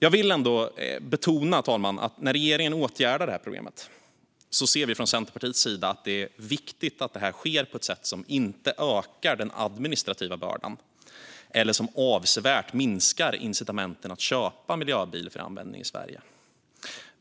Jag vill ändå betona att när regeringen åtgärdar det här problemet anser vi från Centerpartiets sida att det är viktigt att det sker på ett sätt som inte ökar den administrativa bördan och som inte avsevärt minskar incitamenten att köpa miljöbil för användning i Sverige.